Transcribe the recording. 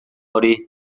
hori